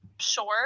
sure